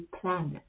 planet